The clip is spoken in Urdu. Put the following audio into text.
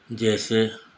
جیسے